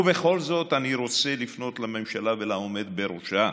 ובכל זאת, אני רוצה לפנות לממשלה ולעומד בראשה,